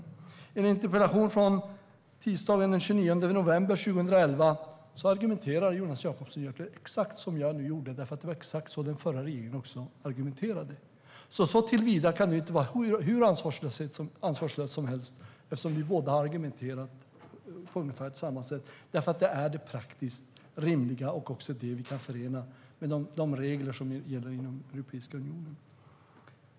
I en interpellation från tisdagen den 29 november 2011 argumenterade han exakt som jag nu har gjort, för det var precis så den förra regeringen argumenterade. Såtillvida kan vi inte vara hur ansvarslösa som helst, eftersom vi båda har argumenterat på ungefär samma sätt. Det är detta som är det praktiskt rimliga och som vi kan förena med de regler som gäller i Europeiska unionen.